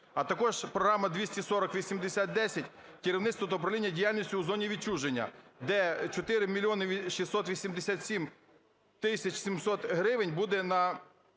А також програма 2408010 "керівництво та управління діяльністю у зоні відчуження", де 4 мільйони 687 тисяч 700 гривень буде